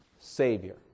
Savior